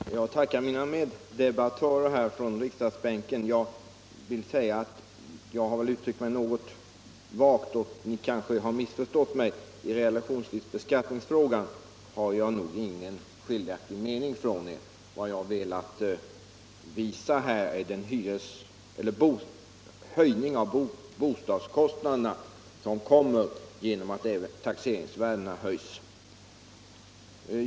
Herr talman! Jag tackar mina meddebattörer här i kammaren. Tydligen har jag uttryckt mig något vagt, och därför har ni kanske missförstått mig litet. I realisationsvinstbeskattningsfrågan har jag ingen mening som avviker från er. Vad jag har velat visa på är den höjning av bostadskost naderna som orsakas av att även taxeringsvärdena höjs.